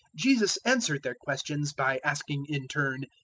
jesus answered their questions by asking in turn,